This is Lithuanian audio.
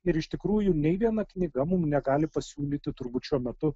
ir iš tikrųjų nei viena knyga mum negali pasiūlyti turbūt šiuo metu